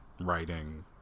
writing